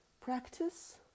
practice